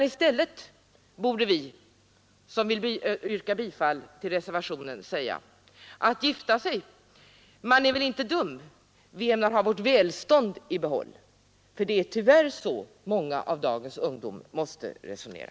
I stället påstår vi som ämnar rösta för reservationen: ”Att gifta sig — man är väl inte dum, vi ämnar ha vårt välstånd i behåll.” Det är tyvärr så många av dagens ungdomar måste resonera.